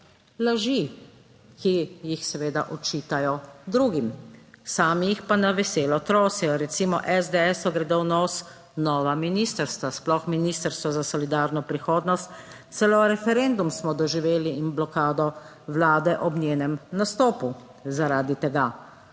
laži, ki jih seveda očitajo drugim, sami jih pa na veselo trosijo. Recimo SDSu gredo v nos nova ministrstva, sploh Ministrstvo za solidarno prihodnost, celo referendum smo doživeli in blokado Vlade ob njenem nastopu, zaradi 14.